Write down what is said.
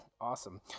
awesome